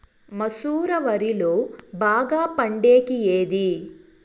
మసూర వరిలో బాగా పండేకి ఏది?